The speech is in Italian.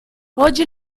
oggi